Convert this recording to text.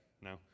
No